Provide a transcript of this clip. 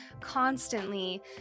constantly